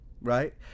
right